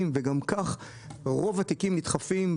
אבל כאן אנחנו רוצים שהוא לא יפספס בכלל יום עבודה.